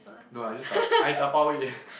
no I just dab~ I dabao it